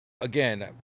again